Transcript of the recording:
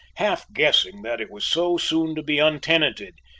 half-guessing that it was so soon to be untenanted,